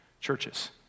churches